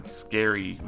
scary